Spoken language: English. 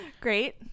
great